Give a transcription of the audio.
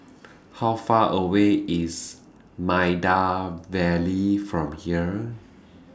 How Far away IS Maida Vale from here